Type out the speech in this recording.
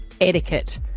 etiquette